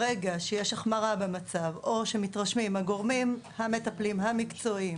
ברגע שיש החמרה במצב או שהגורמים המטפלים המקצועיים